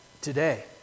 today